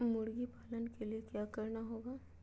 मुर्गी पालन के लिए क्या करना होगा?